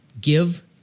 give